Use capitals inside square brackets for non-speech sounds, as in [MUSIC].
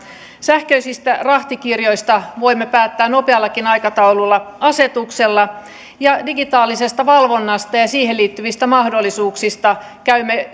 sähköisistä rahtikirjoista voimme päättää nopeallakin aikataululla asetuksella ja digitaalisesta valvonnasta ja ja siihen liittyvistä mahdollisuuksista käymme [UNINTELLIGIBLE]